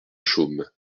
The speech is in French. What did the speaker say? chaume